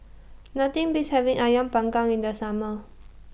Nothing Beats having Ayam Panggang in The Summer